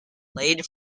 played